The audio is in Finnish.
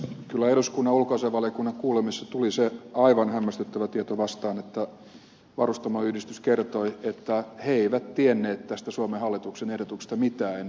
kyllä eduskunnan ulkoasiainvaliokunnan kuulemisissa tuli se aivan hämmästyttävä tieto vastaan minkä varustamoyhdistys kertoi että he eivät tienneet tästä suomen hallituksen ehdotuksesta mitään ennen kuin se tehtiin